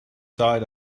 died